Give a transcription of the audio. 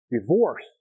divorce